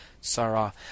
Sarah